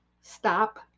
stop